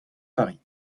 paris